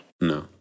No